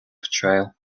portrayal